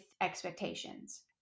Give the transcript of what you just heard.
expectations